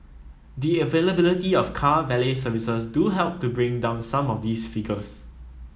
the availability of car valet services do help to bring down some of these figures